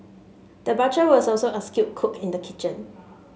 the butcher was also a skilled cook in the kitchen